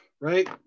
right